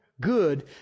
good